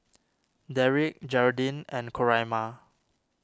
Derik Jeraldine and Coraima